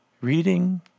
reading